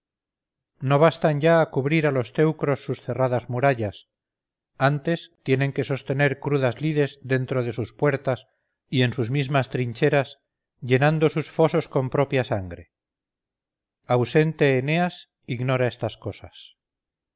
no bastan ya a cubrir a los teucros sus cerradas murallas antes tienen que sostener crudas lides dentro de sus puertas y en sus mismas trincheras llenando sus fosos con propia sangre ausente eneas ignora estas cosas